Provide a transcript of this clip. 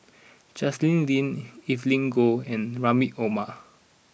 Justin Lean Evelyn Goh and Rahim Omar